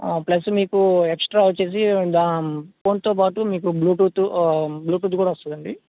plus మీకు extra వచ్చేసి ఫోన్తో పాాటు మీకు బ్లూటూత్ బ్లూటూత్ కూడా వస్తుందండి